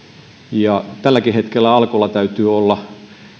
ja tälläkin hetkellä alkolla täytyy olla